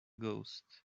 ghost